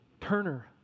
turner